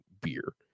beer